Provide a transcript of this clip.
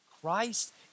Christ